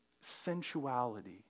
sensuality